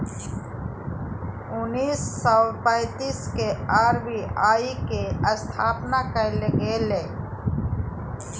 उन्नीस सौ पैंतीस के आर.बी.आई के स्थापना कइल गेलय